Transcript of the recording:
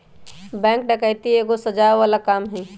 bank डकैती एगो सजाओ बला काम हई